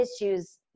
issues